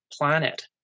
planet